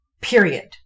Period